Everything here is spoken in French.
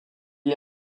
est